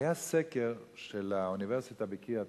היה סקר של האוניברסיטה בקריית-אונו,